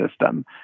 system